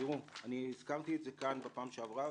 הזכרתי את זה בפעם שעברה,